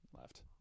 left